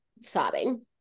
sobbing